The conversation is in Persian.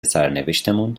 سرنوشتمون